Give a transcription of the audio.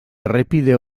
errepide